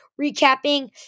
recapping